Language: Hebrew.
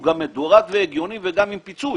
הוא מדורג והגיוני וגם עם פיצוי.